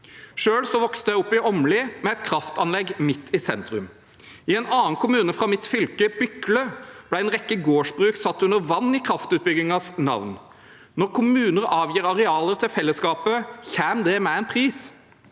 Selv vokste jeg opp i Åmli, med et kraftanlegg midt i sentrum. I en annen kommune fra mitt fylke, Bykle, ble en rekke gårdsbruk satt under vann i kraftutbyggingens navn. Når kommuner avgir arealer til fellesskapet, kommer det med en pris.